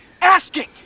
asking